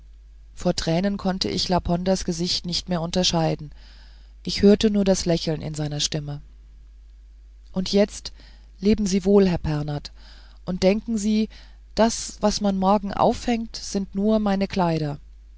vor tränen konnte ich laponders gesicht nicht mehr unterscheiden ich hörte nur das lächeln in seiner stimme und jetzt leben sie wohl herr pernath und denken sie das was man morgen aufhenkt sind nur meine kleider